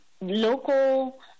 local